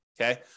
okay